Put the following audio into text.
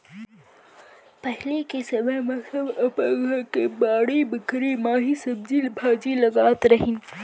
पहिली के समे म सब अपन घर के बाड़ी बखरी म ही सब्जी भाजी लगात रहिन